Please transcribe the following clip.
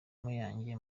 muyange